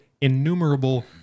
innumerable